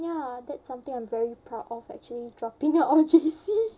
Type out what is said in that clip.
ya that's something I'm very proud of actually dropping out of J_C